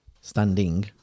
Standing